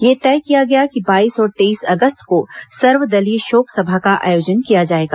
यह तय किया गया कि बाईस और तेईस अगस्त को सर्वदलीय शोक सभा का आयोजन किया जाएगा